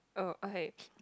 oh okay